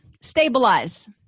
stabilize